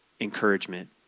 encouragement